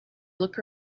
look